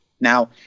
Now